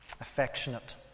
Affectionate